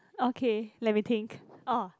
okay let me think orh